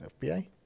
FBI